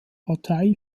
partei